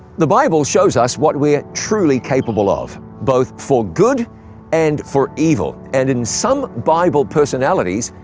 the bible shows us what we're truly capable of, both for good and for evil, and in some bible personalities,